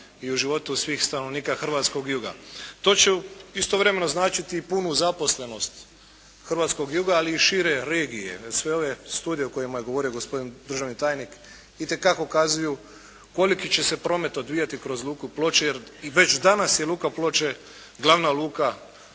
i u životu svih stanovnika hrvatskog juga. To će istovremeno značiti i punu zaposlenost hrvatskog juga, ali i šire regije. Sve ove studije o kojima je govorio gospodin državni tajnik itekako kazuju koliki će se promet odvijati kroz Luku Ploče, jer i već danas je Luka Ploče glavna luka